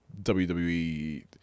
WWE